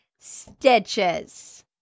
stitches